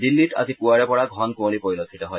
দিন্নীত আজি পুৱাৰে পৰা ঘন কুঁৱলী পৰিলক্ষিত হয়